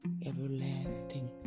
everlasting